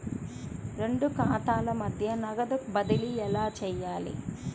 రెండు ఖాతాల మధ్య నగదు బదిలీ ఎలా చేయాలి?